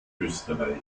österreicher